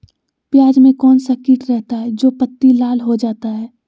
प्याज में कौन सा किट रहता है? जो पत्ती लाल हो जाता हैं